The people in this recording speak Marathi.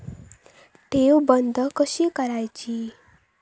ठेव बंद कशी करायची?